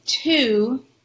two